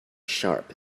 sharp